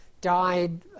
died